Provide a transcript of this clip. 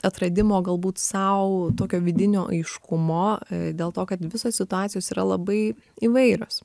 atradimo galbūt sau tokio vidinio aiškumo dėl to kad visos situacijos yra labai įvairios